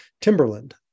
Timberland